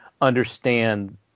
understand